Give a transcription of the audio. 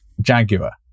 jaguar